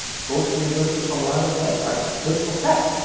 go to the university of colorado's website, look for phet.